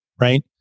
right